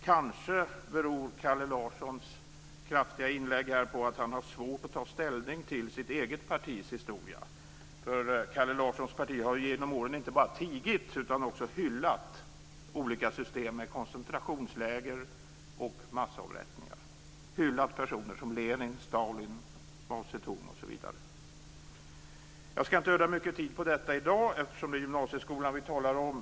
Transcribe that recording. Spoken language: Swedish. Kanske beror Kalle Larsson kraftfulla inlägg här på att han har svårt att ta ställning till sitt eget partis historia. Kalle Larssons parti har ju genom åren inte bara tigit utan också hyllat olika system med koncentrationsläger och massavrättningar. Man har hyllat personer som Jag skall inte öda mycket tid på detta i dag, eftersom det är gymnasieskolan som vi talar om.